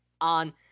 on